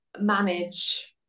manage